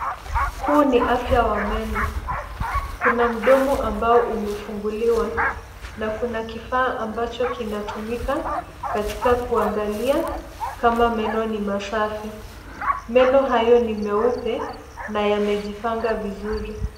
Huu ni afya wa meno. Kuna mdomo ambao umefunguliwa na kuna kifaa ambacho kinatumika katika kuangalia kama meno ni masafi. Meno hayo ni meupe na yamejipanga vizuri.